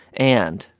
and.